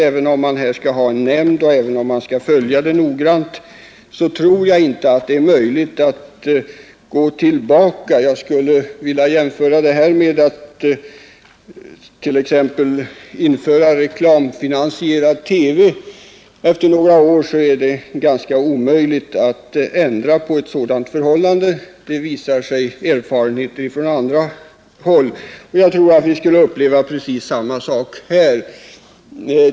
Även om det skall tillsättas en nämnd, och även om denna nämnd skall följa utvecklingen noggrant, tror jag inte att det blir möjligt att gå tillbaka. Jag skulle vilja jämföra det här med att t.ex. införa reklamfinansierad TV. Efter några år är det ganska omöjligt att ändra på ett sådant förhållande. Det visar erfarenheterna från andra håll. Jag tror att vi skall uppleva precis samma sak här.